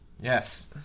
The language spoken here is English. Yes